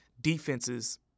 defenses